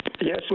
yes